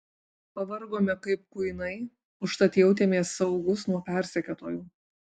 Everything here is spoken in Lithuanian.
pavargome kaip kuinai užtat jautėmės saugūs nuo persekiotojų